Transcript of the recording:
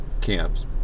camps